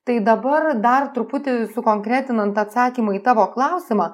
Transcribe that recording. tai dabar dar truputį sukonkretinant atsakymą į tavo klausimą